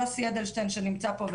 יוסי אדלשטיין שנמצא פה,